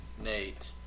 Nate